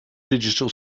digital